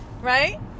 right